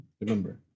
remember